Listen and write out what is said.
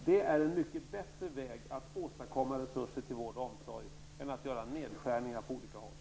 Det är en mycket bättre väg att åstadkomma resurser till vård och omsorg än att göra nedskärningar på olika områden.